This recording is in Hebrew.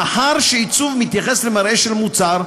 מאחר שעיצוב מתייחס למראה של מוצר,